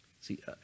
See